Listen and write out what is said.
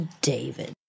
David